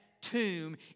tomb